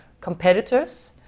competitors